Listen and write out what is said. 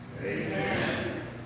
Amen